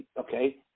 Okay